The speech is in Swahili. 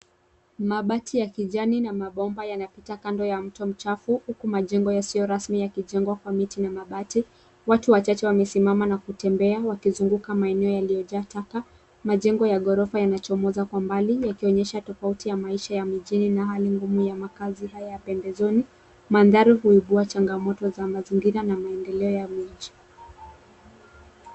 Mabati ya kijani na mabomba yanapita kando ya mto mchafu huku majengo yasiyo rasmi yakijengwa kwa miti na mabati. Watu wachache wamesimama na kutembea wakizunguka maeneo yaliyojaa taka. Majengo ya ghorofa yanachomoza kwa mbali yakionyesha tofauti ya maisha ya mijini na hali ngumu ya makazi haya ya pembezoni. Mandhari huzua changamoto za mazingira na maendeleo ya miji.